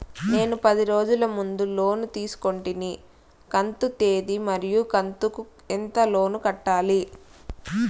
నేను పది రోజుల ముందు లోను తీసుకొంటిని కంతు తేది మరియు కంతు కు ఎంత లోను కట్టాలి?